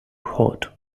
hot